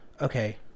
Okay